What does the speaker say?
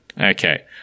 Okay